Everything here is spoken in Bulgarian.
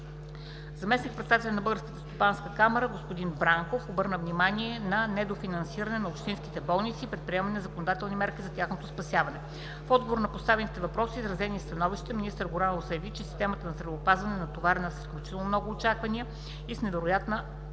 Заместник-председателят на Българската стопанска камара господин Димитър Бранков обърна внимание на недофинансиране на общинските болници и предприемане на законодателни мерки за тяхното спасяване. В отговор на поставените въпроси и изразени становища министър Горанов заяви, че системата на здравеопазване е натоварена с изключително много очаквания и с невероятна